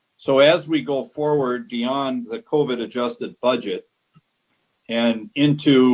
so as we go forward beyond the covid adjusted budget and into